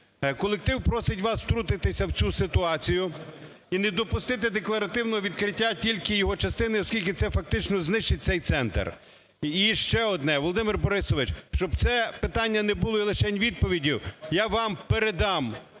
Колектив просить вас втрутитись в цю ситуацію і не допустити декларативного відкриття тільки його частини. Оскільки це фактично знищить цей центр. І ще одне. Володимир Борисович, щоб це питання не було лише відповіддю, я вам передам